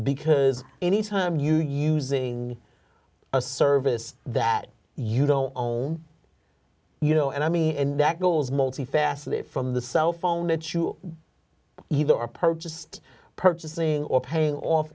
because anytime you using a service that you don't own them you know and i mean and that goes multi faceted from the cell phone that you either are purchased purchasing or paying off